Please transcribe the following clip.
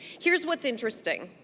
here's what's interesting.